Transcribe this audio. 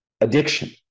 addiction